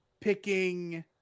picking